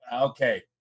okay